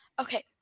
Okay